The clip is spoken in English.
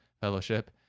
fellowship